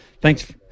Thanks